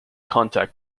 contact